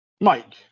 Mike